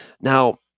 now